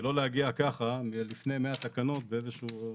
ולא להגיע ככה, לפני 100 תקנות באיזה שהוא,